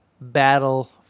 battle